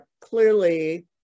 clearly